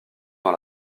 dans